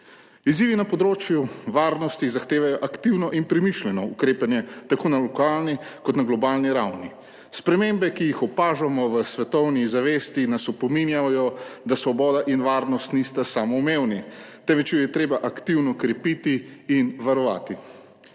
Izzivi na področju varnosti zahtevajo aktivno in premišljeno ukrepanje tako na lokalni kot na globalni ravni. Spremembe, ki jih opažamo v svetovni zavesti, nas opominjajo, da svoboda in varnost nista samoumevni, temveč ju je treba aktivno krepiti in varovati.